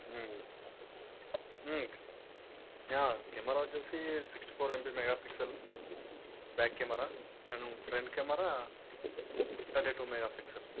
camera వచ్చేసి sixty four MP megapixel back camera and front camera thirty two mega pixel